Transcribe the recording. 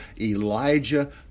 Elijah